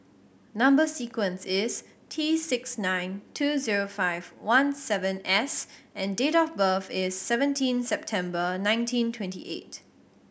number sequence is T six nine two zero five one seven S and date of birth is seventeen September nineteen twenty eight